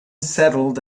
settled